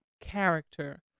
character